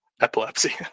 epilepsy